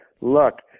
look